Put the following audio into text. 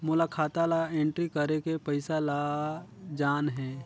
मोला खाता ला एंट्री करेके पइसा ला जान हे?